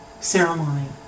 ceremony